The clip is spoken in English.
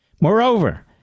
Moreover